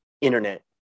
internet